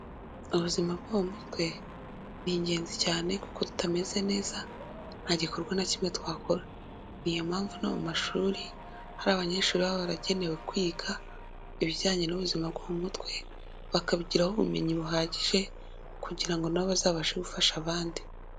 Ubuzima bwo mu mutwe ni ingenzi cyane kuko tutameze neza nta gikorwa na kimwe twakora, ni iyo mpamvu no mu mashuri hari abanyeshuri baba baragenewe kwiga ibijyanye n'ubuzima bwo mu mutwe, bakabigiraho ubumenyi buhagije kugira ngo na bo bazabashe gufasha abandi.